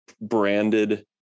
branded